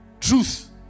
truth